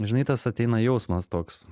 žinai tas ateina jausmas toks